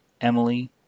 emily